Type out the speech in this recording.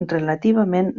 relativament